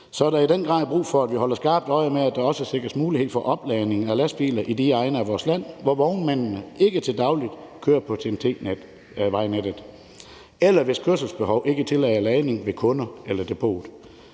– er der i den grad brug for, at vi holder skarpt øje med, at der også sikres mulighed for opladning af lastbiler i de egne af vores land, hvor vognmændene ikke til daglig kører på TEN-T-vejnettet, eller hvor kørselsbehov ikke tillader ladning ved kunder eller depot.